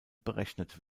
berechnet